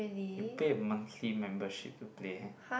you pay a monthly membership to play